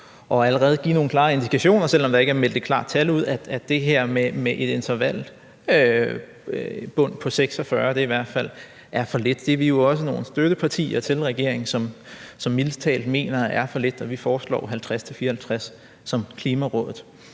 for allerede at give nogle klare indikationer, selv om der ikke er meldt et klart tal ud, altså at det her med en intervalbund på 46 i hvert fald er for lidt. Det er vi jo også nogle støttepartier til regeringen som mildest talt mener er for lidt, og vi foreslår 50-54, som Klimarådet